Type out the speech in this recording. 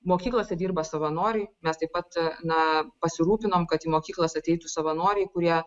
mokyklose dirba savanoriai mes taip pat na pasirūpinom kad į mokyklas ateitų savanoriai kurie